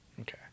Okay